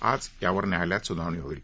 आज यावर न्यायालयात सुनावणी होईल